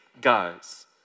guys